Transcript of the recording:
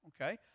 okay